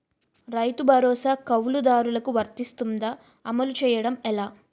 రైతు భరోసా కవులుదారులకు వర్తిస్తుందా? అమలు చేయడం ఎలా